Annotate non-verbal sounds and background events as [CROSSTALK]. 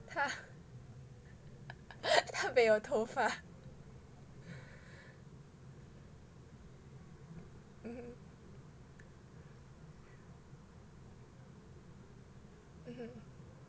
他 [LAUGHS] 没有头发 mmhmm mmhmm